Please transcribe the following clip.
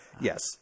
Yes